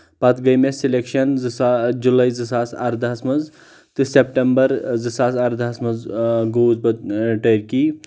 پتہٕ گے مےٚ سِلیکشن زٕ سا جُلاے زٕ ساس اردہس منٛز تہٕ سیٚپٹمبر زٕ ساس اردہ ہَس منٛز گووُس بہٕ ٹرکی